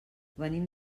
venim